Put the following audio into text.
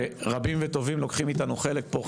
רבים וטובים לוקחים איתנו חלק פה,